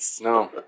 No